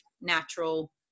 natural